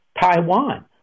Taiwan